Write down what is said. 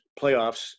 playoffs